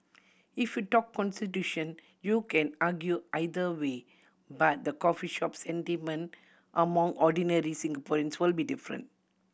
if you talk constitution you can argue either way but the coffee shop sentiment among ordinary Singaporean will be different